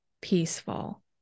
peaceful